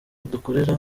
dukorera